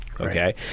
okay